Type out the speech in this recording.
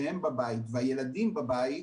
כשהם בבית והילדים בבית,